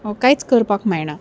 कांयच करपाक मेळना